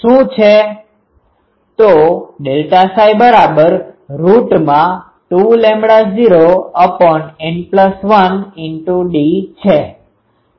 તોΔΨ2૦N1d છે